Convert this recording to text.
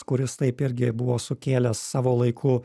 kuris taip irgi buvo sukėlęs savo laiku